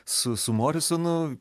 su su morisonu